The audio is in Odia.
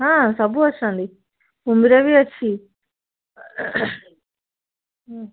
ହଁ ସବୁ ଅଛନ୍ତି କୁମ୍ଭୀର ବି ଅଛି